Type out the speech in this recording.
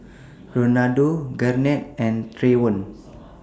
Renaldo Garnett and Trayvon